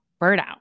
burnout